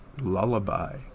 Lullaby